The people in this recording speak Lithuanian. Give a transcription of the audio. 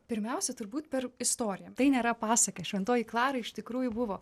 pirmiausia turbūt per istoriją tai nėra pasaka šventoji klara iš tikrųjų buvo